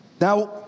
Now